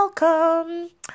welcome